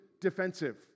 defensive